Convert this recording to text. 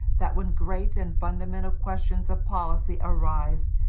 that when great and fundamental questions of policy arise,